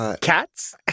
Cats